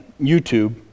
YouTube